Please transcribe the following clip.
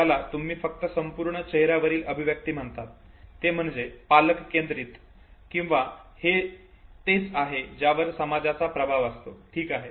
ज्याला तुम्ही फक्त संपूर्ण चेहर्यावरील अभिव्यक्ती म्हणतात ते म्हणजे पालक केंद्रित किंवा हे तेच आहे का ज्यावर समाजाचा प्रभाव असतो ठीक आहे